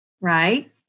Right